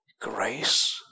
grace